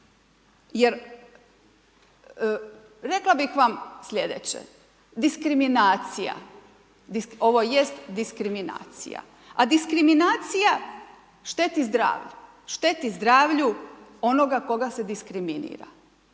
jer rekla bih vam slijedeće. Diskriminacija, ovo jest diskriminacija, a diskriminacija šteti zdravlju, šteti zdravlju onoga koga se diskriminira,